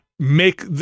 Make